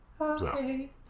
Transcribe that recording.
Okay